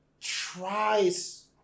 tries